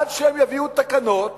עד שהם יביאו תקנות